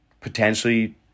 potentially